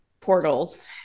portals